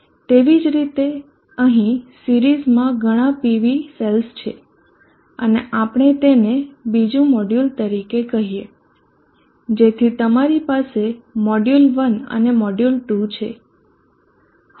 તેવી જ રીતે અહીં સિરીઝમાં ઘણાં PV સેલ્સ છે અને આપણે તેને બીજુ મોડ્યુલ તરીકે કહીએ જેથી તમારી પાસે મોડ્યુલ 1 અને મોડ્યુલ 2 છે